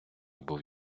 був